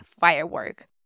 firework